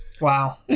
Wow